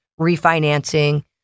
refinancing